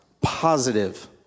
positive